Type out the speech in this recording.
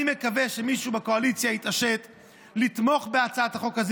אני מקווה שמישהו בקואליציה יתעשת ויתמוך בהצעת החוק,